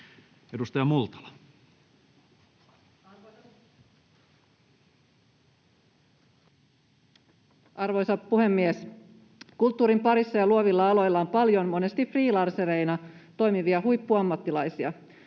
Edustaja Multala. Arvoisa puhemies! Kulttuurin parissa ja luovilla aloilla on paljon monesti freelancereina toimivia huippuammattilaisia.